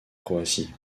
croatie